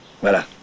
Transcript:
Voilà